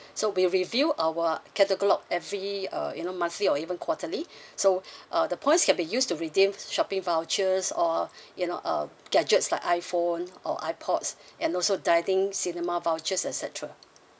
so we reveal our catalogue every uh you know monthly or even quarterly so uh the points can be used to redeem shopping vouchers or you know um gadgets like iphone or ipods and also dining cinema vouchers et cetera